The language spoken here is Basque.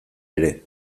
ere